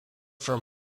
from